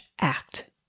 act